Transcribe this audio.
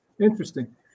Interesting